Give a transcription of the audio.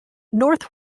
north